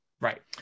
right